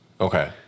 Okay